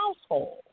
household